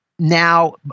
Now